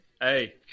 Hey